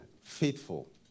Faithful